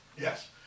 Yes